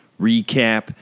recap